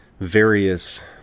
various